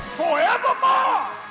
forevermore